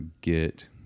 get